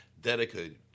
dedicated